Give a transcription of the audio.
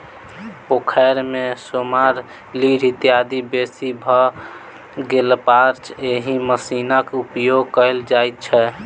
पोखैर मे सेमार, लीढ़ इत्यादि बेसी भ गेलापर एहि मशीनक उपयोग कयल जाइत छै